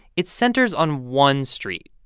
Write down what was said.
it centers on one street,